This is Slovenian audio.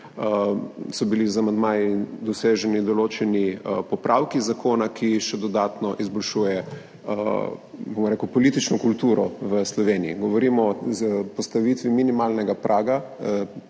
so bili z amandmaji doseženi določeni popravki zakona, ki še dodatno izboljšuje, bom rekel, politično kulturo v Sloveniji. Govorimo o postavitvi minimalnega praga,